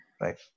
right